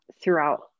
throughout